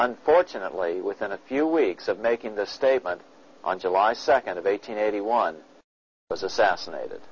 unfortunately within a few weeks of making the statement on july second of eighteen eighty one was assassinated